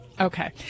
Okay